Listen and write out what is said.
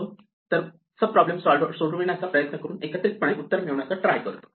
तर सब प्रॉब्लेम सोडविण्याचा प्रयत्न करून एकत्रितपणे उत्तर मिळवण्याचा ट्राय करतो